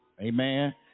Amen